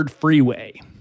Freeway